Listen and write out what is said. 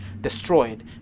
destroyed